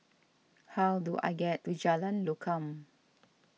how do I get to Jalan Lokam